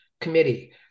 committee